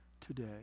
today